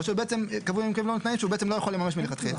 או שבעצם קבעו לו תנאים שהוא בעצם לא יכול לממש מלכתחילה.